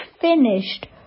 finished